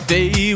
Day